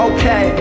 Okay